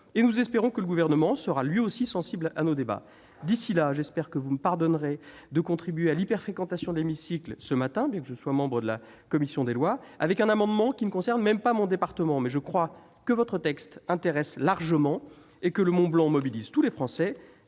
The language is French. Nous espérons donc que le Gouvernement sera attentif à nos débats. D'ici là, j'espère que vous me pardonnerez de contribuer à l'hyper-fréquentation de l'hémicycle ce matin, bien que je sois membre de la commission des lois, pour présenter un amendement qui ne concerne même pas mon département. Mais je crois que votre texte intéresse largement et que le Mont-Blanc mobilise tous les Français,